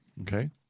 Okay